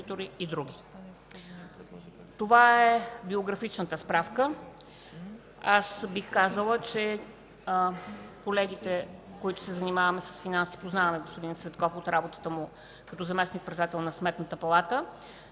Това е биографичната справка.